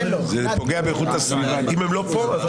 שבעה.